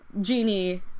genie